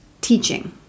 teaching